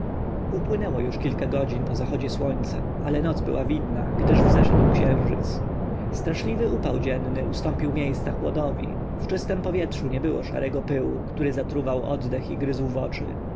upłynęło już kilka godzin po zachodzie słońca ale noc była widna gdyż wzeszedł księżyc straszliwy upał dzienny ustąpił miejsca chłodowi w czystem powietrzu nie było szarego pyłu który zatruwał oddech i gryzł w oczy